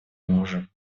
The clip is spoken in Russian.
мужем